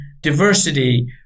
diversity